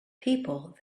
people